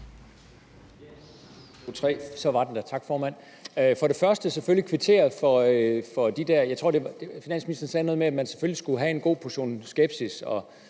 fru formand.